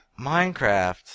Minecraft